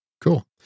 Cool